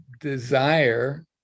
desire